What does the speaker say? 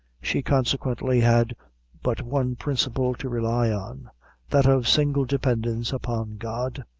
she consequently had but one principle to rely on that of single dependence upon god,